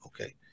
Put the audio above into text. Okay